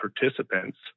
participants